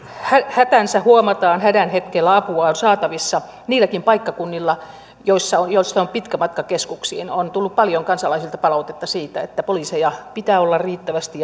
hätänsä huomataan hädän hetkellä apua on saatavissa niilläkin paikkakunnilla joilta on pitkä matka keskuksiin on tullut paljon kansalaisilta palautetta siitä että poliiseja ja toimipaikkoja pitää olla riittävästi